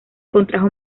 contrajo